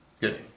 Good